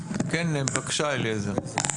כן, בבקשה אליעזר.